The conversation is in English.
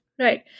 Right